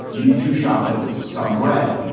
need to shoplift some bread.